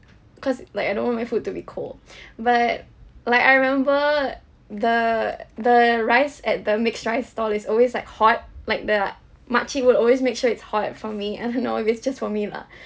cause like I don't want my food to be cold but like I remember the the rice at the mixed rice stall is always like hot like the mak cik would always make sure it's hot for me I don't know if it's just for me lah